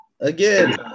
Again